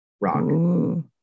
rock